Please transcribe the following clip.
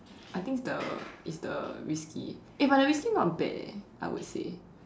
I think the it's the whisky eh but the whisky not bad eh I would say